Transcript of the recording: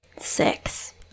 six